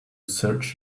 search